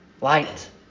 Light